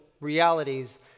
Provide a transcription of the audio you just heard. realities